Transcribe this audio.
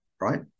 right